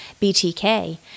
BTK